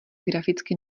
grafický